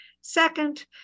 Second